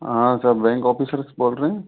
हाँ sir bank officers बोल रहे हैं